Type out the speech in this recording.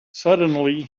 suddenly